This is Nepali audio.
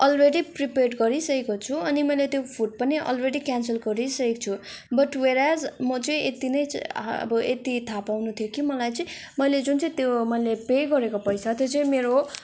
अलरेडी प्रिपेड गरिसकेको छु अनि मैले त्यो फुड पनि अलरेडी क्यानसल गरिसकेको छु बट वेयरएज म चाहिँ यतिनै अब यति नै थाह पाउनु थियो कि मलाई चाहिँ मैले जुन चाहिँ त्यो मैले पे गरेको पैसा त्यो चाहिँ मेरो